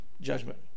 Judgment